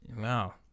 Wow